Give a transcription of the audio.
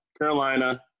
Carolina